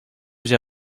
j’ai